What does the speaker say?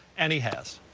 and he has.